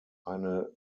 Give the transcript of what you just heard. eine